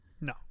No